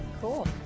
Cool